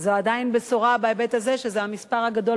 זו עדיין בשורה בהיבט הזה שזה המספר הגדול